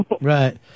Right